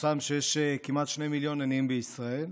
פורסם שיש כמעט שני מיליון עניים בישראל,